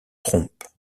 trompe